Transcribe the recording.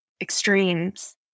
extremes